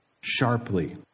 sharply